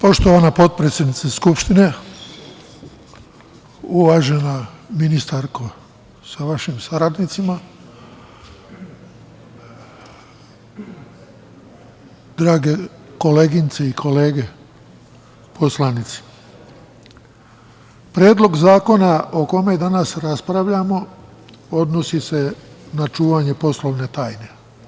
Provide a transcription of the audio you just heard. Poštovana potpredsednice Skupštine, uvažena ministarko sa vašim saradnicima, drage koleginice i kolege poslanici, Predlog zakona o kome danas raspravljamo odnosi se na čuvanje poslovne tajne.